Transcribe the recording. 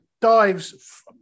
Dives